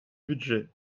budget